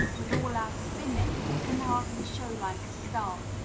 with all our spinning, can hardly show like a star.